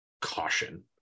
caution